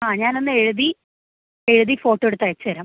ആ ഞാനൊന്നെഴുതി എഴുതി ഫോട്ടോ എടുത്തയച്ചുതരാം